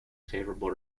favourable